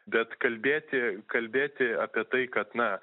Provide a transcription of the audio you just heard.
bet kalbėti kalbėti apie tai kad na